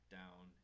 down